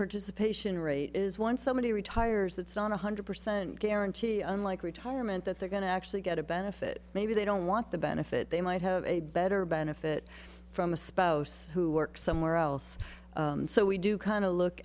participation rate is once somebody retires that's not one hundred percent guarantee unlike retirement that they're going to actually get a benefit maybe they don't want the benefit they might have a better benefit from a spouse who works somewhere else so we do kind of look